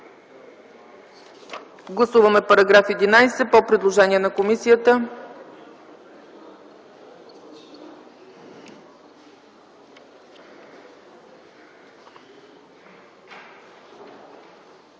Гласуваме § 11 по предложение на комисията.